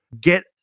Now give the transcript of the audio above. Get